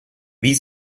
wie